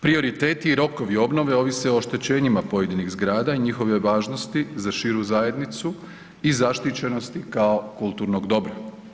Prioriteti i rokovi obnove ovise o oštećenjima pojedinih zgrada i njihove važnosti za širu zajednicu i zaštićenosti kao kulturnoga dobra.